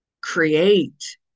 create